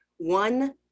one